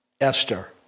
Esther